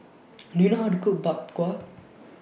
Do YOU know How to Cook Bak Kwa